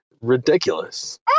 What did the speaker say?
ridiculous